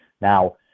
Now